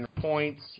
points